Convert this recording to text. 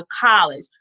college